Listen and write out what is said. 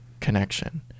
connection